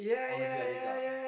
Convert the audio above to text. honestly like this lah